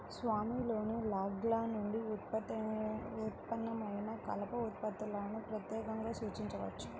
స్వామిలోని లాగ్ల నుండి ఉత్పన్నమైన కలప ఉత్పత్తులను ప్రత్యేకంగా సూచించవచ్చు